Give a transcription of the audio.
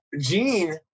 Gene